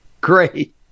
Great